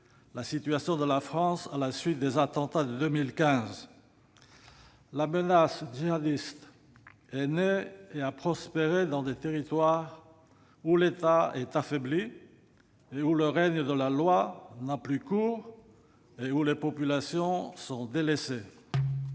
la situation de la France à la suite des attentats de 2015. La menace djihadiste est née et a prospéré dans des territoires où l'État est affaibli, où le règne de la loi n'a plus cours et où les populations sont délaissées.